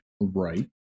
Right